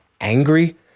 angry